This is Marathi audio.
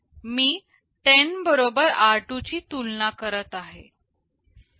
मी 10 बरोबर r2 ची तुलना करत आहे